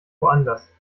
woanders